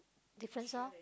depends on